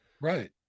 right